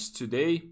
today